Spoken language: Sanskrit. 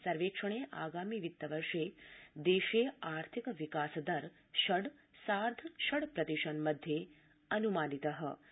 सर्वेक्षणे आगामि वित्त वर्षे देशे आर्थिक विकास दर षड् सार्ध षड् प्रतिशन्मध्ये अनुमानो व्यक्त